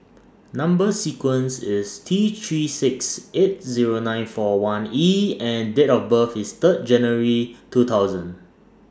Number sequence IS T three six eight Zero nine four one E and Date of birth IS Third January two thousand